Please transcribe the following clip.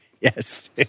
Yes